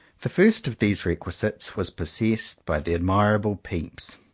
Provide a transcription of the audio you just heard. the first of these requisites was possessed by the admirable pepys,